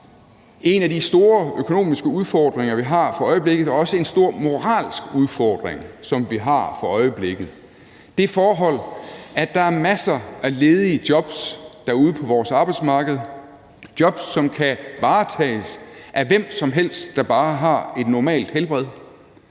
en af de store økonomiske udfordringer, vi har for øjeblikket, og også en stor moralsk udfordring, som vi har for øjeblikket, nemlig det forhold, at der er masser af ledige jobs derude på vores arbejdsmarked – jobs, som kan varetages af hvem som helst, der bare har et normalt helbred,